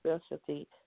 specialty